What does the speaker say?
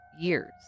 years